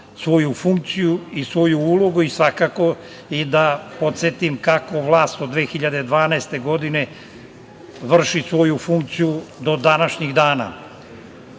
svoju funkciju i svoju ulogu, svakako i da podsetim kako vlast od 2012. godine vrši svoju funkciju do današnjeg dana. Ako